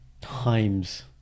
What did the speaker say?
times